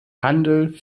handel